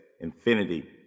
infinity